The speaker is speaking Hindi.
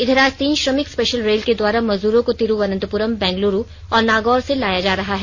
इघर आज तीन श्रमिक स्पेशल रेल के द्वारा मजदूरों को तिरूवन्तपुरम बैंगलूरू और नागौर से लाया जा रहा है